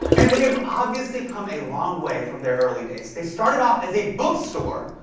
and they've obviously come a long way from their early days. they started off as a bookstore,